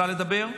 דיבור.